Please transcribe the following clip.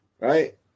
right